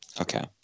Okay